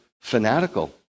fanatical